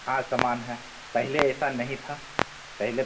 हाँ समान है पहले ऐसा नहीं था पहले